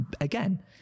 again